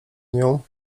nią